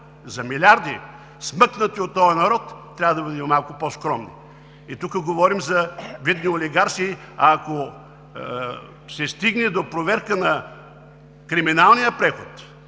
за милиарди, смъкнати от този народ, трябва да бъдем малко по-скромни. И тук говорим за видни олигарси, а ако се стигне до проверка на криминалния преход,